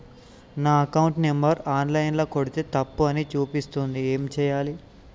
నా account number online ల కొడ్తే తప్పు అని చూపిస్తాంది ఏం చేయాలి?